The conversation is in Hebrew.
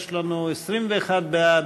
יש לנו 21 בעד,